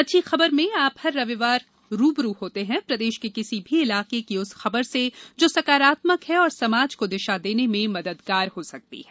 अच्छी खबर में आप हर रविवार रू ब रू होते हैं प्रदेश के किसी भी इलाके की उस खबर से जो सकारात्मक है और समाज को दिशा देने में मददगार हो सकती है